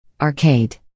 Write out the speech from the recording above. arcade